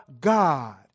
God